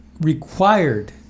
required